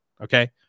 okay